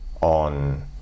on